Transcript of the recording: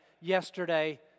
yesterday